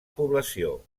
població